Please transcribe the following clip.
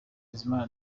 bizimana